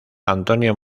antonio